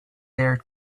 their